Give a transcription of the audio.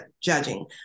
judging